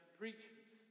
preachers